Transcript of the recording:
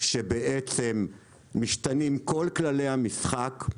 שמשתנים כל כללי המשחק.